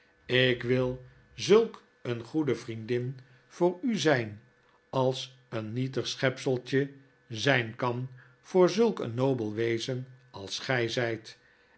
ik wil zulk eene goede vriendin voor u zyn als een nietig schepseltje zijn kan voor zulk een nobel wezen als gy